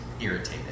irritated